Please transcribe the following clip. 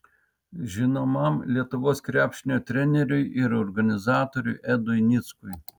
žinomam lietuvos krepšinio treneriui ir organizatoriui edui nickui